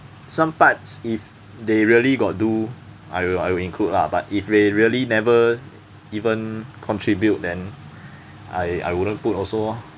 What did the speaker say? some parts if they really got do I will I will include lah but if they really never even contribute then I I wouldn't put also lor